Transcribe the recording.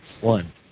One